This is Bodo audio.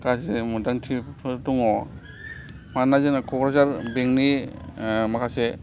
गाज्रि मोनदांथिफोर दङ मानोना जोंना क'क्राझार बेंकनि माखासे